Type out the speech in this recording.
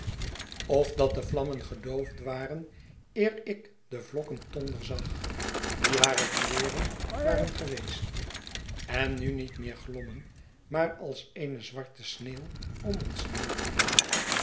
of dat de vlammen gedoofd waren eer ik de vlokken tonder zag die hare kleeren waren geweest en nu niet meer glommen maar als eene zwarte sneeuw om ons